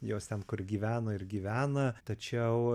jos ten kur gyveno ir gyvena tačiau